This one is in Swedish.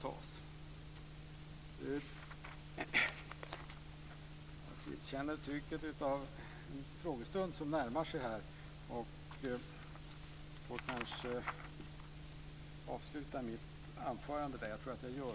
Jag känner trycket av den frågestund som närmar sig, och jag får kanske avsluta mitt anförande där.